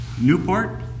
Newport